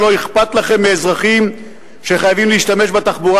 שלא אכפת לכם מאזרחים שחייבים להשתמש בתחבורה